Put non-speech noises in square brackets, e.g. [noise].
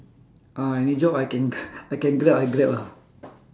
ah any job I can [breath] I can grab I grab ah